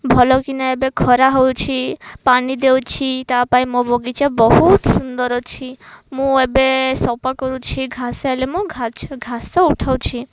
ଭଲକିନା ଏବେ ଖରା ହଉଛି ପାଣି ଦେଉଛି ତା ପାଇଁ ମୋ ବଗିଚା ବହୁତ ସୁନ୍ଦର ଅଛି ମୁଁ ଏବେ ସଫା କରୁଛି ଘାସ ହେଲେ ମୁଁ ଘାସ ଉଠାଉଛି